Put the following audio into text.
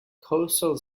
coastal